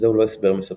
וזהו לא הסבר מספק.